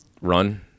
run